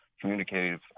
communicative